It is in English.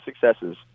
successes